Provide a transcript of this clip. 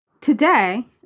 Today